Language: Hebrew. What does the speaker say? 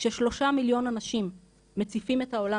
כששלושה מיליון אנשים מציפים את העולם